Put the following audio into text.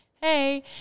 hey